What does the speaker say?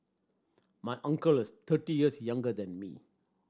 my uncle is thirty years younger than me